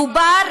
מדובר